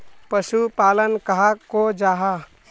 पशुपालन कहाक को जाहा?